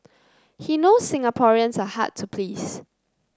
he knows Singaporeans are hard to please